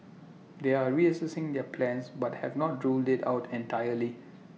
they are reassessing their plans but have not ruled IT out entirely